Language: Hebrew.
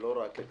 ולא רק את